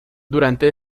durante